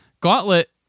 Gauntlet